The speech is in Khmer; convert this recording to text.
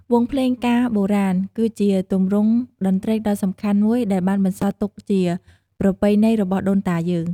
វង់ភ្លេងការបុរាណ គឺជាទម្រង់តន្ត្រីដ៏សំខាន់មួយដែលបានបន្សល់ទុកជា ប្រពៃណីរបស់ដូនតាយើង។